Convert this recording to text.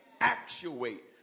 actuate